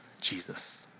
Jesus